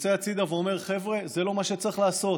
שיוצא הצידה ואומר: חבר'ה, זה לא מה שצריך לעשות.